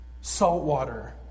saltwater